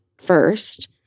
first